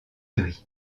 gris